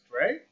right